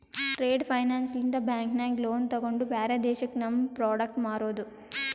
trade finance ಲಿಂತ bank ನಾಗ್ loan ತೊಗೊಂಡು ಬ್ಯಾರೆ ದೇಶಕ್ಕ ನಮ್ ಪ್ರೋಡಕ್ಟ್ ಮಾರೋದು